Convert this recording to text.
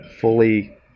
fully